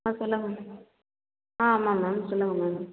சொல்லுங்கள் மேம் ஆ ஆமாம் மேம் சொல்லுங்கள் மேம்